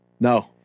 No